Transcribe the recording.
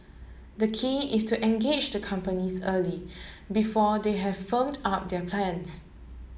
the key is to engage the companies early before they have firmed up their plans